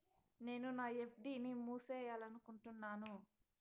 నేను నా ఎఫ్.డి ని మూసేయాలనుకుంటున్నాను